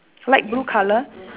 light blue colour